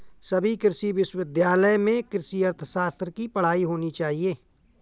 सभी कृषि विश्वविद्यालय में कृषि अर्थशास्त्र की पढ़ाई होनी चाहिए